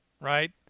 Right